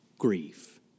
grief